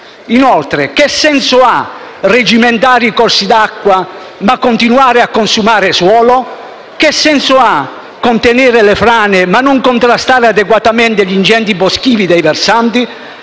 Inoltre, che senso ha regimentare i corsi d'acqua ma continuare a consumare suolo? Che senso ha contenere le frane ma non contrastare adeguatamente gli incendi boschivi dei versanti?